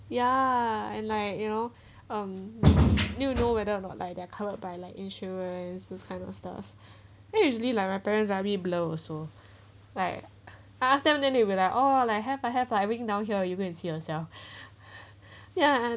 ya and like you know um you know whether or not like they are covered by insurance this kind of stuff then usually like my parents are really blur also like ask them then they will like oh I have I have lah everything down here you go and see yourself ya